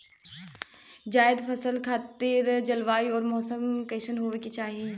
जायद फसल खातिर जलवायु अउर मौसम कइसन होवे के चाही?